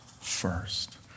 first